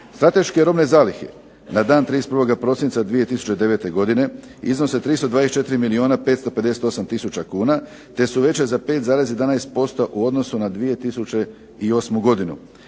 Strateške robne zalihe na dan 31. prosinca 2009. godine iznose 324 milijuna 558 tisuća kuna te su veća za 5,11% u odnosu na 2008. godinu.